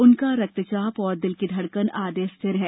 उनका रक्तचाप और दिल की धड़कन आदि रिथिर हैं